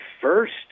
first